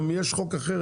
יש גם חוק אחר,